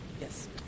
yes